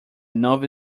novel